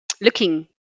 looking